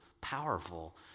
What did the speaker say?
powerful